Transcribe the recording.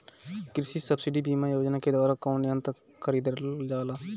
कृषि सब्सिडी बीमा योजना के द्वारा कौन कौन यंत्र खरीदल जाला?